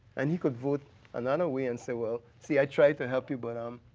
and he could vote another way and say, well, see i tried to help you but, um